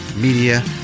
media